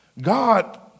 God